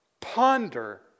Ponder